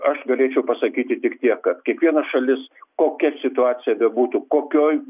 aš galėčiau pasakyti tik tiek kad kiekviena šalis kokia situacija bebūtų kokioj